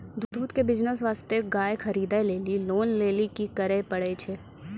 दूध के बिज़नेस वास्ते गाय खरीदे लेली लोन लेली की करे पड़ै छै?